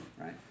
right